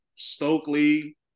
Stokely